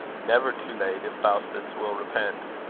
never too late if faustus will repent.